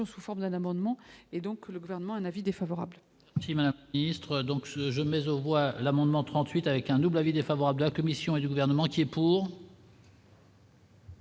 sous forme d'un amendement et donc le gouvernement, un avis défavorable. Kim illustre donc ce jeu mais aux voix l'amendement 38 avec un double avis défavorable à commission et du gouvernement qui est pour.